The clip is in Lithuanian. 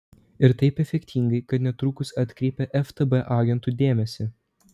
ir taip efektingai kad netrukus atkreipia ftb agentų dėmesį